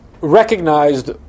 recognized